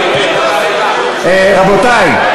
רבותי,